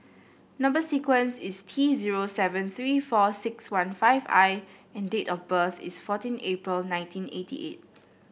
number sequence is T zero seven three four six one five I and date of birth is fourteen April nineteen eighty eight